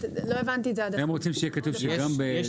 לא הבנתי את זה עד הסוף.